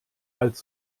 als